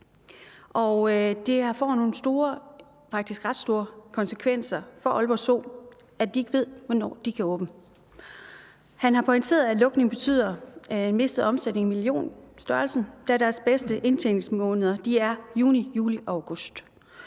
det får nogle faktisk ret store konsekvenser for Aalborg Zoo, at de ikke ved, hvornår de kan åbne. Han har pointeret, at lukningen betyder en mistet omsætning i millionstørrelsen, da deres bedste indtjeningsmåneder er juni, juli og august,